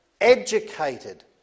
educated